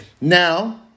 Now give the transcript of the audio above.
Now